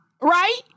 Right